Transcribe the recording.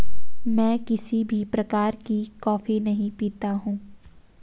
मैं किसी भी प्रकार की कॉफी नहीं पीता हूँ